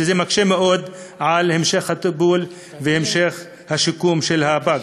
וזה מקשה מאוד על המשך הטיפול והמשך השיקום של הפג.